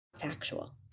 factual